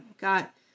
got